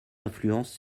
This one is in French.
influence